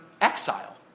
exile